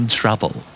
trouble